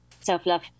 self-love